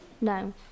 No